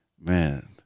man